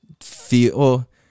feel